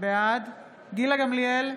בעד גילה גמליאל,